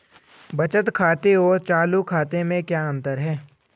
बचत खाते और चालू खाते में क्या अंतर है?